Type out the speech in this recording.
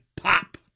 pop